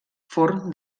forn